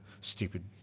Stupid